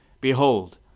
Behold